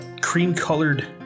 cream-colored